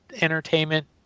entertainment